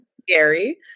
scary